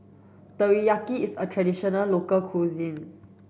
Teriyaki is a traditional local cuisine